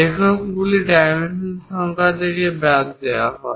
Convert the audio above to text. এককগুলি dimension সংখ্যা থেকে বাদ দেওয়া হয়